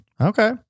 Okay